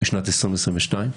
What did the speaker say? בשנת 2022,